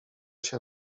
się